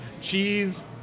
cheese